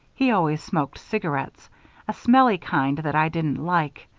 he always smoked cigarettes a smelly kind that i didn't like.